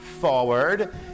forward